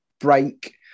break